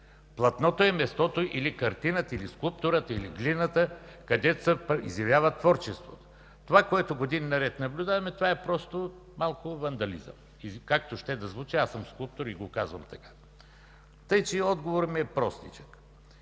Платното е мястото, или картината, или скулптурата, или глината, където се изживява творчество. Това, което години наред наблюдаваме, е малко вандализъм. Както ще да звучи, аз съм скулптор и го казвам така. Отговорът ми е простичък.